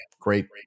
great